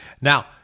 now